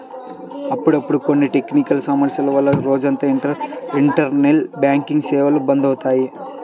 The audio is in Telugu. అప్పుడప్పుడు కొన్ని టెక్నికల్ సమస్యల వల్ల రోజంతా ఇంటర్నెట్ బ్యాంకింగ్ సేవలు బంద్ అవుతాయి